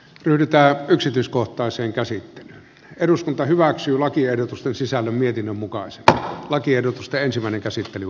yltä yksityiskohtaisen käsittelyn eduskunta hyväksyy lakiehdotusten oikein loppujen lopuksi ennen pitkää ajattelevat